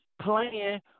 playing